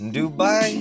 Dubai